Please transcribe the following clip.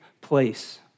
place